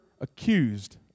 accused